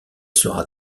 sera